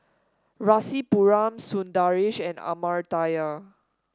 Rasipuram Sundaresh and Amartya